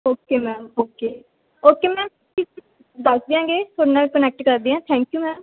okay ma'am okay okay ma'am ਦੱਸ ਦਿਆਂਗੇ ਤੁਹਾਡੇ ਨਾਲ ਕਨੈਕਟ ਕਰਦੇ ਹਾਂ ਥੈਂਕ ਯੂ ਮੈਮ